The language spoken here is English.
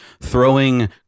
throwing